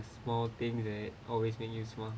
small thing that always make me smile